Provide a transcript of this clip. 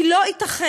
כי לא ייתכן